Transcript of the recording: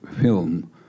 film